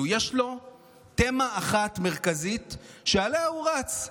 יש לו תמה אחת מרכזית שעליה הוא רץ,